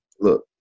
look